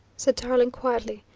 said tarling quietly.